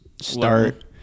start